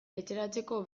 etxeratzeko